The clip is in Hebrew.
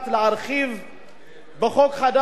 בחוק חדש את איסור הגזענות